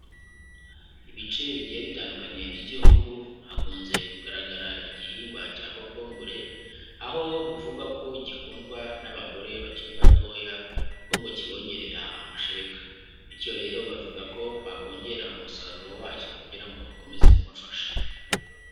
Ibice bigiye bitandukanye by'igihugu hakunze kugaragara igihingwa cya kokombure, aho bivugwa ko gikundwa n'abagore bakiri batoya kuko ngo kibongerera amashereka, bityo rero bavuga ko bakongera umusaruro wacyo kugira ngo bakomeze kubafasha.